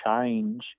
change